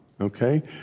Okay